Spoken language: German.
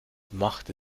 machte